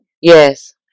Yes